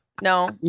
No